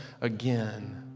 again